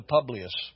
Publius